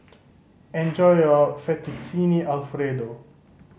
enjoy your Fettuccine Alfredo